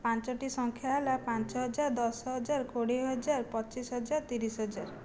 ପାଞ୍ଚଟି ସଂଖ୍ୟା ହେଲା ପାଞ୍ଚହଜାର ଦଶହଜାର କୋଡ଼ିଏହଜାର ପଚିଶହଜାର ତିରିଶହଜାର